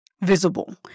visible